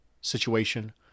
situation